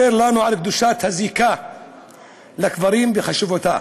לנו על קדושת הזיקה לקברים וחשיבותה.